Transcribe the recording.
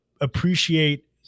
appreciate